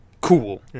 Cool